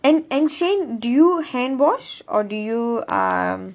and and Shein do you handwash or do you um